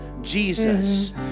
Jesus